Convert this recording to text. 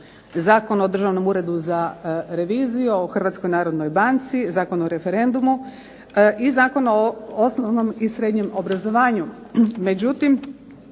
Zakon o Državnom uredu za reviziju, o Hrvatskoj narodnoj banci, Zakon o referendumu i Zakon o osnovnom i srednjem obrazovanju.